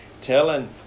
telling